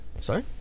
Sorry